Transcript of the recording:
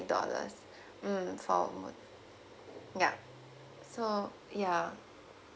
dollars mm for ya so ya